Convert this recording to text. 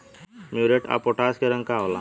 Muriate of potash के रंग का होला?